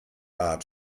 art